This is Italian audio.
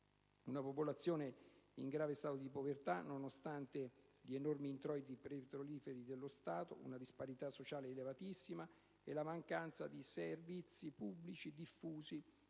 una popolazione in grave stato di povertà, nonostante gli enormi introiti petroliferi dello Stato; una disparità sociale elevatissima e la mancanza di servizi pubblici diffusi.